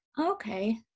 Okay